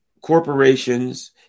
corporations